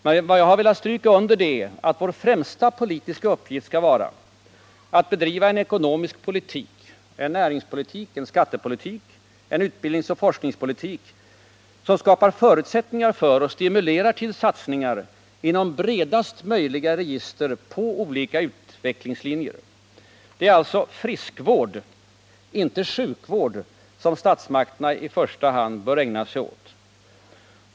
Men vad jag har velat stryka under är att vår främsta politiska uppgift skall vara att bedriva en ekonomisk politik, en näringspolitik, en skattepolitik och en utbildningsoch forskningspolitik som skapar förutsättningar för och stimulerar till satsningar inom bredaste möjliga register på olika utvecklingslinjer. Det är alltså friskvård, inte sjukvård som statsmakterna i första hand bör ägna sig åt.